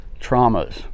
traumas